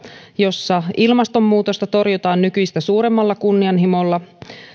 jossa ilmastonmuutosta torjutaan nykyistä suuremmalla kunnianhimolla